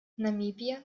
namibia